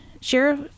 Sheriff